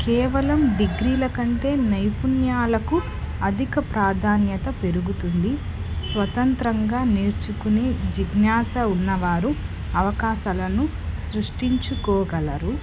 కేవలం డిగ్రీలకంటే నైపుణ్యాలకు అధిక ప్రాధాన్యత పెరుగుతుంది స్వతంత్రంగా నేర్చుకునే జిజ్ఞాస ఉన్నవారు అవకాశాలను సృష్టించుకోగలరు